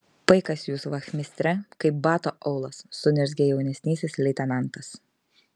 paikas jūs vachmistre kaip bato aulas suniurzgė jaunesnysis leitenantas